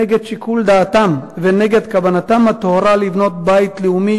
נגד שיקול דעתם ונגד כוונתם הטהורה לבנות בית לאומי,